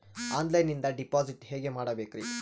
ಆನ್ಲೈನಿಂದ ಡಿಪಾಸಿಟ್ ಹೇಗೆ ಮಾಡಬೇಕ್ರಿ?